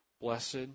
blessed